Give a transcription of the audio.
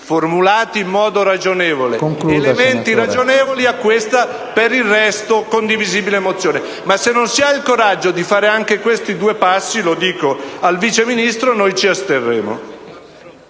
formulati in modo ragionevole, in questa, per il resto, condivisibile mozione. Ma se non si ha il coraggio di fare questi due passi - lo dico al Vice Ministro - noi ci asterremo.